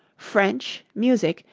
french, music,